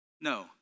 No